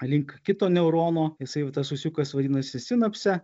link kito neurono jisai tas sukas vadinasi sinapse